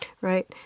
Right